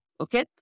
okay